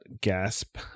gasp